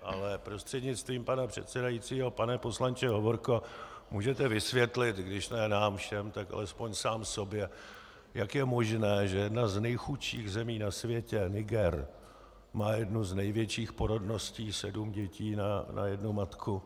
Ale prostřednictvím pana předsedajícího pane poslanče Hovorko, můžete vysvětlit, když ne nám všem, tak alespoň sám sobě, jak je možné, že jedna z nejchudších zemí na světě Niger má jednu z největších porodností sedm dětí na jednu matku?